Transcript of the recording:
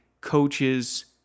coaches